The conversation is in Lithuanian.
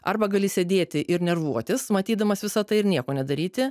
arba gali sėdėti ir nervuotis matydamas visa tai ir nieko nedaryti